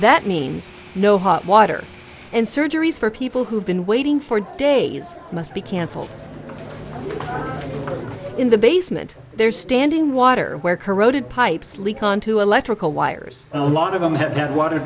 that means no hot water and surgeries for people who've been waiting for days must be cancelled in the basement there's standing water where corroded pipes leak onto electrical wires oh a lot of them have had water